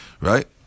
Right